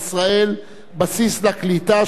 בסיס לקליטה של יהדות סוריה.